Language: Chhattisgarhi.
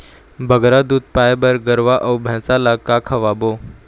बगरा दूध पाए बर गरवा अऊ भैंसा ला का खवाबो?